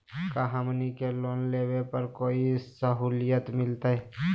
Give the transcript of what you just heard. का हमनी के लोन लेने पर कोई साहुलियत मिलतइ?